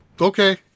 Okay